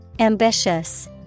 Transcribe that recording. Ambitious